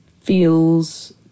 feels